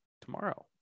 tomorrow